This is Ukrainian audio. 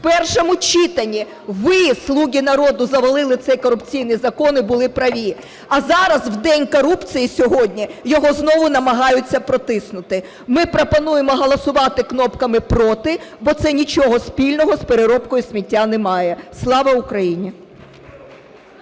В першому читанні ви, "слуги народу", завалили цей корупційний закон, і були праві. А зараз, в день корупції сьогодні, його знову намагаються протиснути. Ми пропонуємо голосувати кнопками "проти", бо це нічого спільного з переробкою сміття не має. Слава Україні!